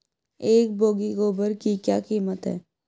एक बोगी गोबर की क्या कीमत है?